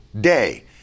day